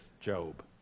Job